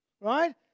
right